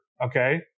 okay